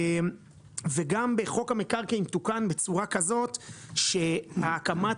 וגם בחוק המקרקעין תוקן בצורה כזאת שהקמת